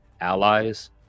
allies